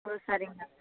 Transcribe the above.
ஓ சரிங்கண்ணா